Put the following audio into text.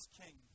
king